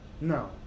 No